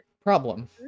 Problem